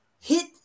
hit